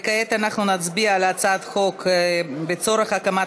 כעת אנחנו נצביע על הצעה לסדר-היום בנושא: הצורך בהקמת